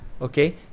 Okay